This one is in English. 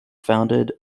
founded